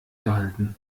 gehalten